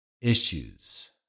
issues